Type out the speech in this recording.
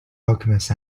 alchemist